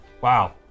Wow